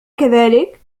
كذلك